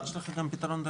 יש פתרונות,